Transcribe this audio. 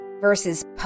versus